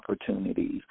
opportunities